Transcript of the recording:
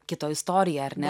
kito istoriją ar ne